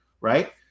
Right